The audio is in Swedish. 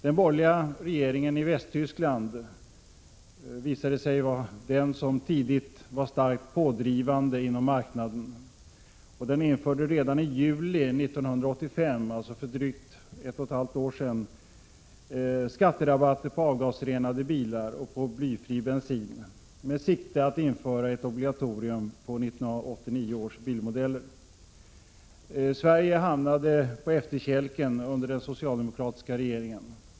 Den borgerliga regeringen i Västtyskland var tidigt starkt pådrivande inom marknaden och införde redan i juli 1985 — alltså för drygt ett och ett halvt år sedan — skatterabatter på avgasrenade bilar och på blyfri bensin med sikte på att införa ett obligatorium på 1989 års bilmodeller. Sverige hamnade på efterkälken under den socialdemokratiska regeringen.